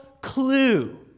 clue